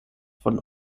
von